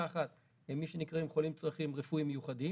אחת מי שנקראים חולים עם צרכים רפואיים מיוחדים